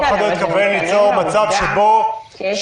אף אחד לא התכוון ליצור מצב שבו --- איתן,